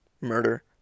Murder